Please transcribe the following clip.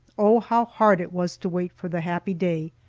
oh, how hard it was to wait for the happy day!